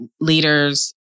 leaders